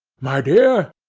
my dear,